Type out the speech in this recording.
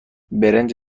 برنج